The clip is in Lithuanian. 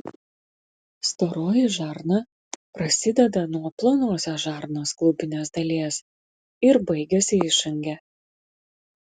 storoji žarna prasideda nuo plonosios žarnos klubinės dalies ir baigiasi išange